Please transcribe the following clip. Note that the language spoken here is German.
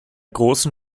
großen